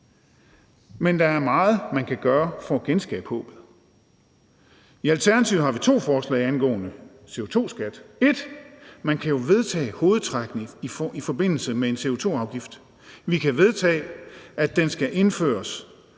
Men der er meget, man kan gøre for at genskabe håbet. I Alternativet har vi to forslag angående CO2-skat. Man kan jo vedtage hovedtrækkene i forbindelse med en CO2-afgift; vi kan vedtage, at den skal indføres,